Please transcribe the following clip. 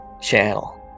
channel